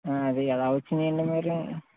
అ అది ఎలా వచ్చినాయి అండి మరి